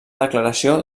declaració